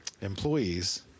employees